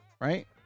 Right